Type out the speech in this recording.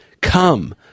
Come